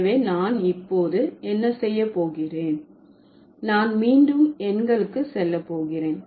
எனவே நான் இப்போது என்ன செய்ய போகிறேன் நான் மீண்டும் எண்களுக்கு செல்ல போகிறேன்